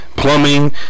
plumbing